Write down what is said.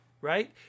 right